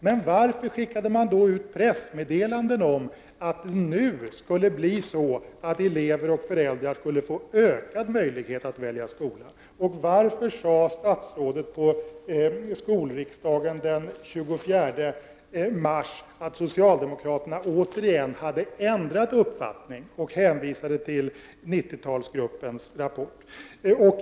Men varför skickade man då ut ett pressmeddelande om att elever och föräldrar skulle få ökad möjlighet att välja skola? Och varför sade statsrådet på skolriksdagen den 24 mars i år att socialdemokraterna hade ändrat uppfattning och hänvisade till 90-talsgruppens rapport?